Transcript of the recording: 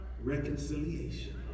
reconciliation